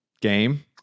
game